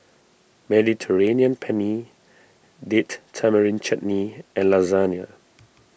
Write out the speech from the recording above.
Mediterranean Penne Date Tamarind Chutney and Lasagne